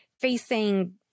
facing